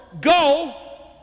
Go